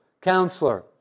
Counselor